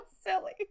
silly